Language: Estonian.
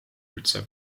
üldse